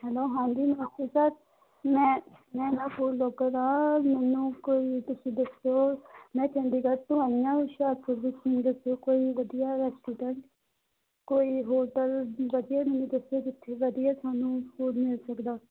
hello ਹਾਂਜੀ ਨਮਸਤੇ sir ਮੈਂ ਮੈਂ ਨਾ ਫੂਡ ਵਲੋਗਰ ਹਾਂ ਮੈਨੂੰ ਕੋਈ ਤੁਸੀਂ ਦੱਸੋ ਮੈਂ ਚੰਡੀਗੜ੍ਹ ਤੋਂ ਆਈ ਹਾਂ ਹੁਸ਼ਿਆਰਪੁਰ ਵਿੱਚ ਮੈਨੂੰ ਦੱਸਿਓ ਕੋਈ ਵਧੀਆ ਰੈਸਟੋਰੈਂਟ ਕੋਈ ਹੋਟਲ ਵਧੀਆ ਮੈਨੂੰ ਦੱਸਿਓ ਕਿੱਥੇ ਵਧੀਆ ਸਾਨੂੰ ਫੂਡ ਮਿਲ ਸਕਦਾ